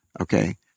okay